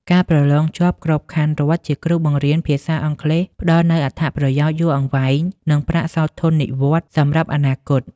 ការប្រឡងជាប់ក្របខ័ណ្ឌរដ្ឋជាគ្រូបង្រៀនភាសាអង់គ្លេស ផ្តល់នូវអត្ថប្រយោជន៍យូរអង្វែង និងប្រាក់សោធននិវត្តន៍សម្រាប់អនាគត។